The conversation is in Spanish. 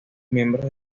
miembros